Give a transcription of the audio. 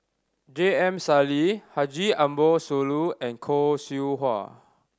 J M Sali Haji Ambo Sooloh and Khoo Seow Hwa